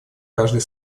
каждой